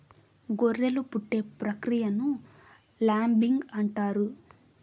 గొర్రెలు పుట్టే ప్రక్రియను ల్యాంబింగ్ అంటారు